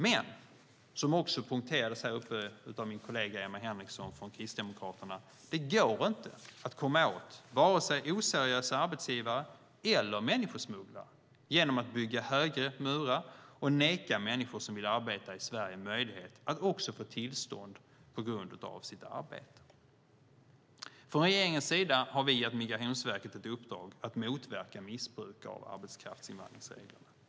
Men som poängterades i talarstolen av min kollega Emma Henriksson från Kristdemokraterna går det inte att komma åt vare sig oseriösa arbetsgivare eller människosmugglare genom att bygga högre murar och neka människor som vill arbeta i Sverige möjlighet att få tillstånd på grund av arbete. Från regeringens sida har vi gett Migrationsverket i uppdrag att motverka missbruk av arbetskraftsinvandringsreglerna.